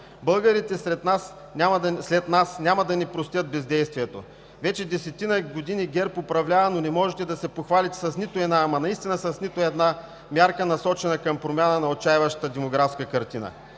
Българите след нас няма да ни простят бездействието. Вече десетина години ГЕРБ управлява, но не можете да се похвалите с нито една, ама наистина с нито една мярка, насочена към промяна на отчайващата демографска картина.